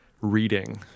reading